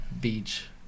beach